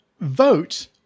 vote